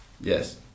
Yes